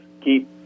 keep